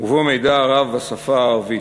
ובו מידע רב בשפה הערבית.